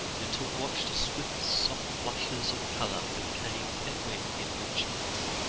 and to watch the swift soft flushes of colour that came and went in her cheeks.